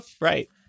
right